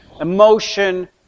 emotion